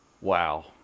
Wow